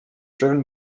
driven